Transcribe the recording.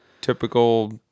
typical